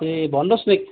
ए भन्नुहोस् न